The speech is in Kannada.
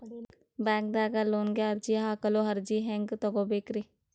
ಬ್ಯಾಂಕ್ದಾಗ ಲೋನ್ ಗೆ ಅರ್ಜಿ ಹಾಕಲು ಅರ್ಜಿ ಹೆಂಗ್ ತಗೊಬೇಕ್ರಿ?